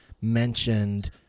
mentioned